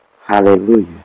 Hallelujah